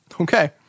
Okay